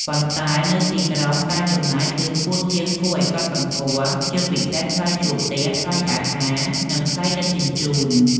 ប៉ុន្តែនៅទីក្រុង ការចំណាយ គឺខ្ពស់ជាងគួរឲ្យកត់សម្គាល់ ជាពិសេសថ្លៃជួលផ្ទះ ថ្លៃអាហារ និងថ្លៃដឹកជញ្ជូន។